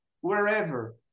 wherever